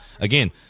Again